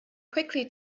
quickly